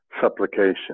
supplication